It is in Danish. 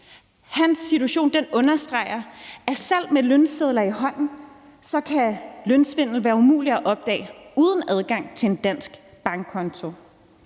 Hans situation understreger, at selv med lønsedler i hånden kan lønsvindel være umulig at opdage uden adgang til en dansk bankkonto.